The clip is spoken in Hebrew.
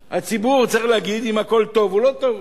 הציבור צריך לומר אם המצב טוב או לא טוב,